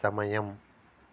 సమయం